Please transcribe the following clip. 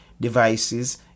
devices